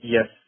Yes